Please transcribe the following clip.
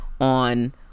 on